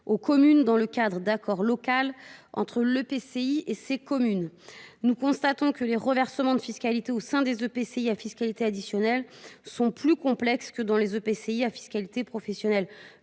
aux communes, dans le cadre d’accords locaux entre l’EPCI et les communes membres. Les reversements de fiscalité au sein des EPCI à fiscalité additionnelle sont plus complexes que dans les EPCI à fiscalité professionnelle